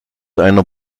einer